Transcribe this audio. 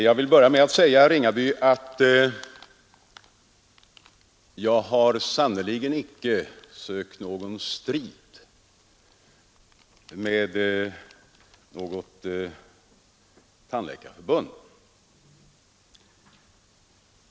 Jag vill börja med att säga, herr Ringaby, att jag har sannerligen icke sökt någon strid med Tandläkarförbundet.